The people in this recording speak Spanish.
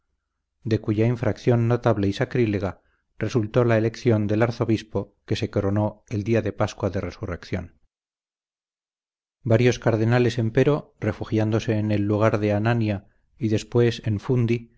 de cuya infracción notable y sacrílega resultó la elección del arzobispo que se coronó el día de pascua de resurrección varios cardenales empero refugiándose en el lugar de anania y después en fundi